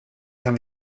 kan